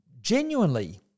genuinely